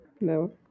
No